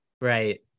Right